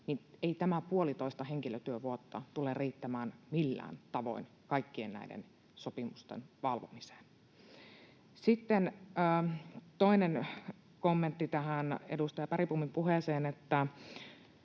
ei tämä puolitoista henkilötyövuotta tule riittämään millään tavoin kaikkien näiden sopimusten valvomiseen. Sitten toinen kommentti edustaja Bergbomin puheeseen: Jos